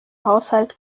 haushalt